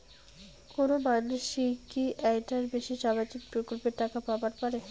কোনো মানসি কি একটার বেশি সামাজিক প্রকল্পের টাকা পাবার পারে?